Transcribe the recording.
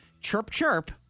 chirp-chirp